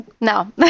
No